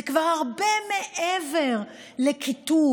זה כבר הרבה מעבר לקיטוב